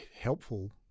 helpful